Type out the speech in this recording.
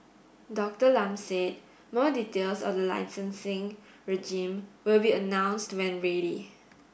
Dr Lam said more details of the licensing regime will be announced when ready